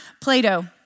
Plato